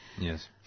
Yes